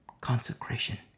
Consecration